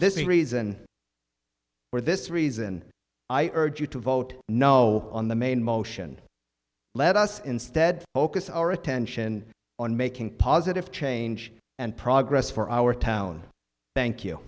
this reason for this reason i urge you to vote no on the main motion let us instead focus our attention on making positive change and progress for our town thank you